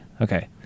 Okay